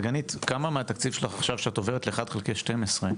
דגנית, כשאת עוברת עכשיו לאחד חלקי שתים-עשרה,